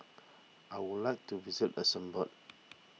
I would like to visit Luxembourg